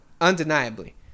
undeniably